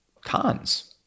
Cons